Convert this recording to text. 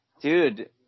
Dude